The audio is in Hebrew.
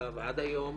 החלטותיו עד היום